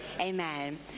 Amen